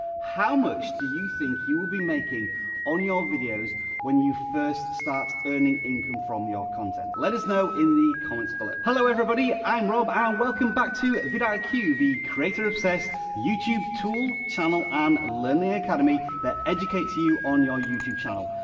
how much do you think you will be making on your videos when you first start earning income from your content? let us know in the comments below. hello everybody, i'm rob and welcome back to vidiq, like the creator-obsessed youtube tool channel, and learning academy that educates you you on your youtube channel.